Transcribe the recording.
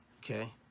Okay